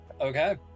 Okay